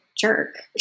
jerk